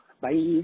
Bye